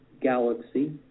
galaxy